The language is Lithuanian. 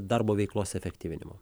darbo veiklos efektyvinimo